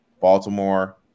Baltimore